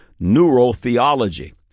neurotheology